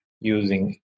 using